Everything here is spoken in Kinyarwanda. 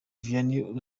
vianney